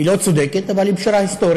היא לא צודקת, אבל היא פשרה היסטורית,